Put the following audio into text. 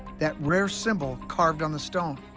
that rare symbol carved on the stone.